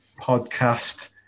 podcast